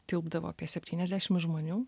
tilpdavo apie septyniasdešimt žmonių